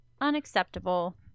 Unacceptable